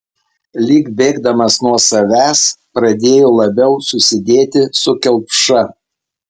lyg bėgdamas nuo savęs pradėjo labiau susidėti su kelpša